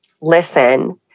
listen